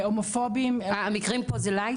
אה, המקרים פה זה "לייט"?